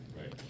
right